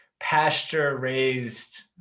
pasture-raised